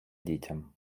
дітям